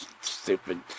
stupid